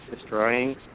destroying